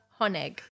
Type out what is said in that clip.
Honeg